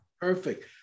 Perfect